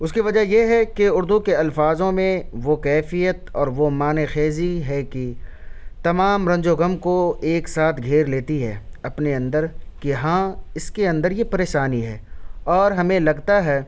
اُس کی وجہ یہ ہے کہ اُردو کے الفاظوں میں وہ کیفیت اور وہ معنی خیزی ہے کہ تمام رنج و غم کو ایک ساتھ گھیر لیتی ہے اپنے اندر کہ ہاں اِس کے اندر یہ پریشانی ہے اور ہمیں لگتا ہے